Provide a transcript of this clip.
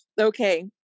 okay